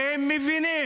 כי הם מבינים